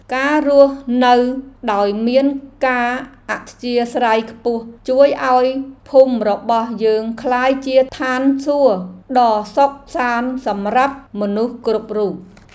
ការរស់នៅដោយមានការអធ្យាស្រ័យខ្ពស់ជួយឱ្យភូមិរបស់យើងក្លាយជាឋានសួគ៌ដ៏សុខសាន្តសម្រាប់មនុស្សគ្រប់រូប។